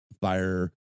fire